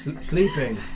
Sleeping